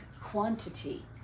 quantity